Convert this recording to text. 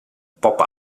pop